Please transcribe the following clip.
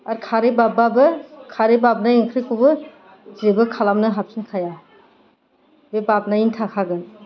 आरो खारै बाबब्लाबो खारै बाबनाय ओंख्रिखौबो जेबो खालामनो हाफिनखाया बे बाबनायनो थाखागोन